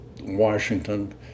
Washington